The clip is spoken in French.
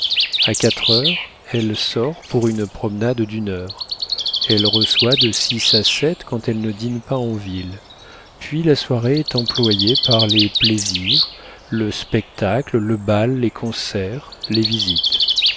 à quatre heures elle sort pour une promenade d'une heure elle reçoit de six à sept quand elle ne dîne pas en ville puis la soirée est employée par les plaisirs le spectacle le bal les concerts les visites